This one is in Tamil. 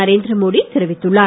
நரேந்திர மோடி தெரிவித்துள்ளார்